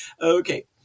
Okay